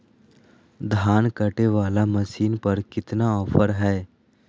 धान कटे बाला मसीन पर कितना ऑफर हाय?